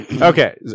Okay